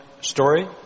story